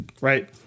right